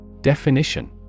Definition